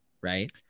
right